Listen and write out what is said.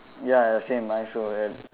ya the same I also I